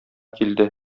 килде